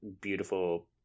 beautiful